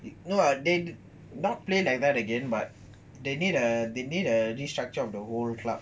no ah they not play like that again but they need a they need a restructure of the whole club